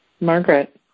margaret